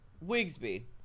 Wigsby